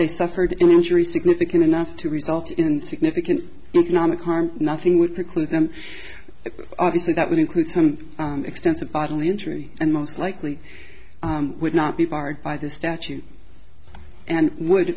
they suffered an injury significant enough to result in significant economic harm nothing would preclude them obviously that would include some extensive bodily injury and most likely would not be barred by the statute and would